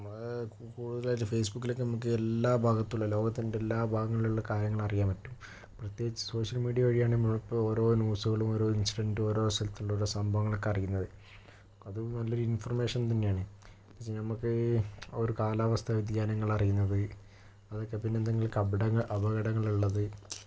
നമ്മള് കൂടുതലായിട്ട് ഫേസ്ബുക്കിലൊക്കെ നമുക്ക് എല്ലാ ഭാഗത്തുള്ള ലോകത്തിന്റെ എല്ലാ ഭാഗങ്ങളിലുള്ള കാര്യങ്ങളറിയാൻ പറ്റും പ്രത്യേകിച്ച് സോഷ്യൽ മീഡിയ വഴിയാണ് നമ്മൾ ഇപ്പോൾ ഓരോ ന്യൂസുകളും ഓരോ ഇൻസിഡന്റും ഓരോ സ്ഥലത്തിലുള്ള സംഭവങ്ങളൊക്കെ അറിയുന്നത് അത് നല്ലൊരു ഇൻഫർമേഷൻ തന്നെയാണ് എന്നു വെച്ചാൽ ഞമ്മൾക്ക് ഒരു കാലാവസ്ഥ വ്യതിയാനങ്ങളറിയുന്നത് അതൊക്കെ പിന്നെന്തെങ്കിലും കപടങ്ങൾ അപകടങ്ങൾ ഉള്ളത്